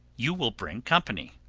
you will bring company.